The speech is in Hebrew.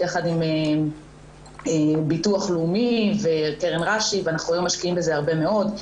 יחד עם ביטוח לאומי וקרן "רש"י" אנחנו היום משקיעים בזה הרבה מאוד.